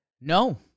No